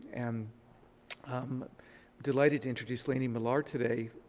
and i'm delighted to introduce lanie millar today,